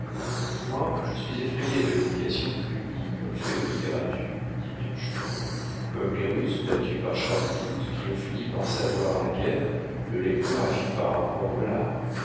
moi je suis effrayé de l'éducation du public en fait de littérature dit bianchon comme les russes battus par charles xii qui ont fini par savoir la guerre le lecteur a fini par apprendre l'art